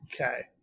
Okay